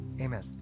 amen